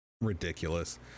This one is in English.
ridiculous